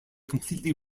completely